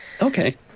Okay